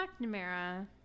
McNamara